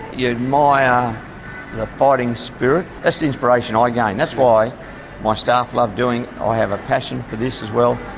you admire the fighting spirit, that's the inspiration ah i gain, that's why my staff love doing it, i have a passion for this as well.